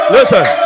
Listen